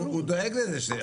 הוא דואג לזה שזה יהיה.